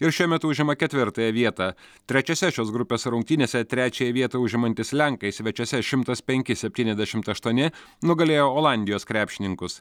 ir šiuo metu užima ketvirtąją vietą trečiose šios grupės rungtynėse trečiąją vietą užimantys lenkai svečiuose šimtas penki septyniasdešimt aštuoni nugalėjo olandijos krepšininkus